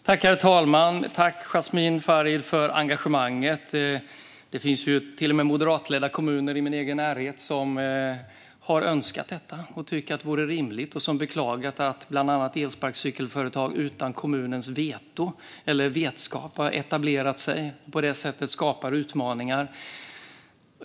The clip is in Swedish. Herr talman! Tack, Jasmin Farid, för engagemanget! Det finns till och med moderatledda kommuner i min egen närhet som har önskat detta, som tycker att det vore rimligt och som har beklagat att bland annat elsparkcykelföretag utan kommunens vetskap har etablerat sig och på det sättet skapat utmaningar.